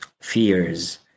fears